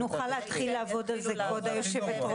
כדי שנוכל להתחיל לעבוד על זה, כבוד היושבת-ראש.